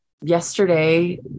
yesterday